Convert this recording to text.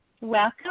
Welcome